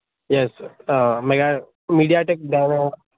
yes mega MediaTek డవ